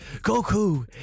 Goku